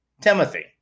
Timothy